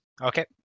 Okay